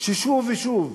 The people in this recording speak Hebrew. ששוב ושוב,